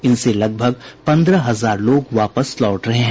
इनसे लगभग पंद्रह हजार लोग वापस लौट रहे हैं